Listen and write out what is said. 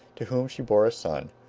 to whom she bore a son.